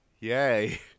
yay